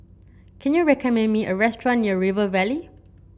can you recommend me a restaurant near River Valley